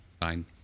Fine